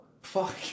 Fuck